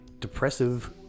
depressive